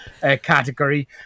category